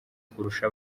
kurusha